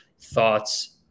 thoughts